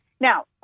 now